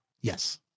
Yes